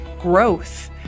growth